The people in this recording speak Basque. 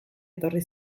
etorri